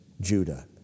Judah